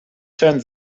turn